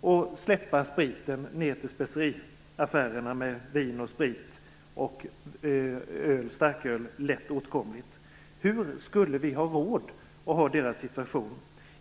och släppte spriten ned till speciaffärerna, med vin, sprit och starköl lätt åtkomligt. Hur skulle vi ha råd att ha det så?